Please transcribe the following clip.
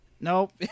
Nope